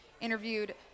interviewed